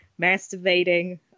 masturbating